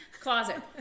closet